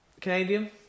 Canadian